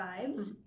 vibes